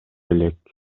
элек